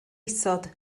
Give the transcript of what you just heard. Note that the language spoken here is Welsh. isod